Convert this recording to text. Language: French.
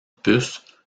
puce